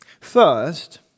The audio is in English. First